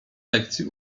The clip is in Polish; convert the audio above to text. lekcji